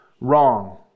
wrong